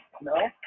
No